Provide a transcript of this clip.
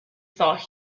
thought